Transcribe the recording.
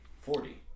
forty